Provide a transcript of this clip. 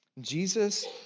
Jesus